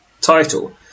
title